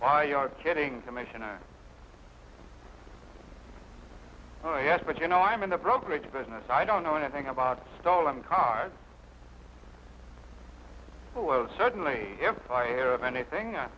i you are kidding commissioner oh yes but you know i'm in the brokerage business i don't know anything about stolen cars well certainly if i have anything